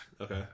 Okay